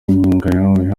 inyangamugayo